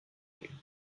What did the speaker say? you